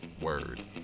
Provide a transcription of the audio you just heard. Word